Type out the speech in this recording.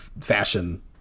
fashion